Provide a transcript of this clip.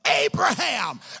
Abraham